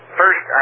first